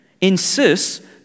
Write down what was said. insists